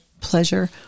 pleasure